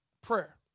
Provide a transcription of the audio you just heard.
Prayer